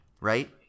right